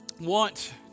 want